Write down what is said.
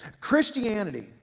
Christianity